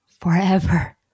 forever